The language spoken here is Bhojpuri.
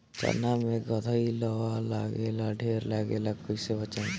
चना मै गधयीलवा लागे ला ढेर लागेला कईसे बचाई?